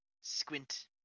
squint